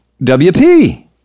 WP